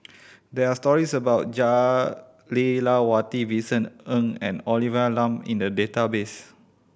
there are stories about Jah Lelawati Vincent Ng and Olivia Lum in the database